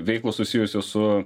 veiklos susijusios su